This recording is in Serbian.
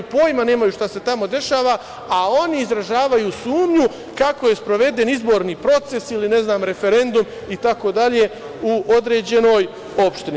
Nemaju pojma šta se tamo dešava, a oni izražavaju sumnju kako je sproveden izborni proces ili ne znam referendum itd. u određenoj opštini.